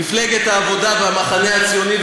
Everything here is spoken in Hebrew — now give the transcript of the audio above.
מפלגת העבודה והמחנה הציוני,